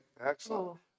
excellent